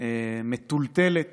מטולטלת